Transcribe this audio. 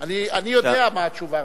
אני יודע מה התשובה,